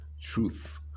truth